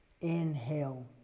inhale